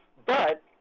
but